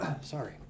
sorry